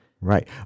Right